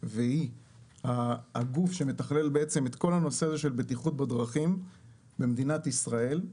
והיא הגוף שמתכלל את כל הנושא של בטיחות בדרכים במדינת ישראל,